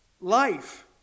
life